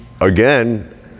again